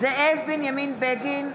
זאב בנימין בגין,